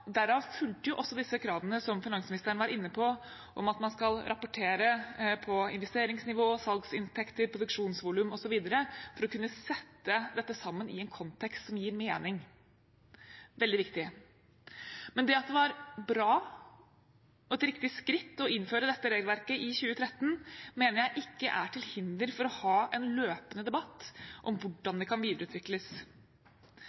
Derav fulgte også disse kravene som finansministeren var inne på, om at man skal rapportere på investeringsnivå, salgsinntekter, produksjonsvolum osv. for å kunne sette dette sammen i en kontekst som gir mening – det er veldig viktig. Men det at det var bra og et riktig skritt å innføre dette regelverket i 2013, mener jeg ikke er til hinder for å ha en løpende debatt om hvordan det kan videreutvikles.